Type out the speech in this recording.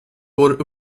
går